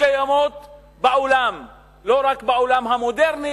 שקיימות בעולם לא רק בעולם המודרני,